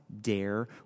Dare